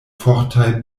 fortaj